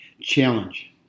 Challenge